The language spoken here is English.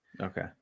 okay